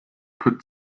put